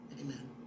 Amen